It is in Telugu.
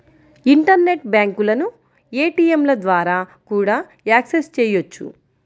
ఇంటర్నెట్ బ్యాంకులను ఏటీయంల ద్వారా కూడా యాక్సెస్ చెయ్యొచ్చు